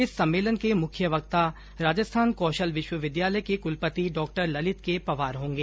इस सम्मेलन के मुख्य वक्ता राजस्थान कौशल विश्वविद्यालय के कुलपति डॉ ललित के पंवार होंगे